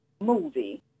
movie